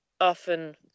often